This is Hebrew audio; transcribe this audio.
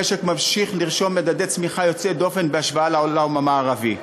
המשק ממשיך לרשום מדדי צמיחה יוצאי דופן בהשוואה לעולם המערבי.